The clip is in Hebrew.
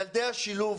ילדי השילוב,